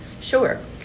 Sure